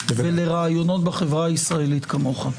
לקהלים ולרעיונות בחברה הישראלית כמוך.